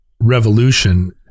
revolution